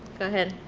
go ahead.